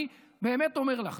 אני באמת אומר לך,